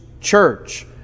Church